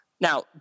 Now